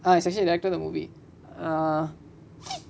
ah is actually the director of the movie ah